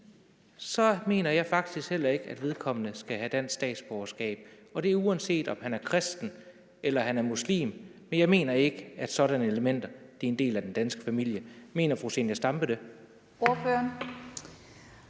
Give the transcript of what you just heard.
så mener jeg faktisk heller ikke, at vedkommende skal have dansk statsborgerskab, og det er, uanset om han er kristen, eller han er muslim. Jeg mener ikke, at sådanne personer er en del af den danske familie. Mener fru Zenia Stampe det? Kl.